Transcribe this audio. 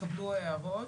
התקבלו הערות.